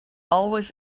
always